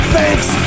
Thanks